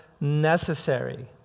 necessary